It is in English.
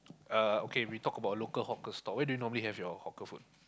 uh okay we talk about local hawker stall where do you normally have your hawker food